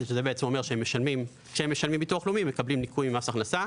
זה בעצם אומר שכשהם משלמים ביטוח לאומי הם מקבלים ניכוי ממס הכנסה,